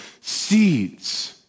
seeds